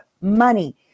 money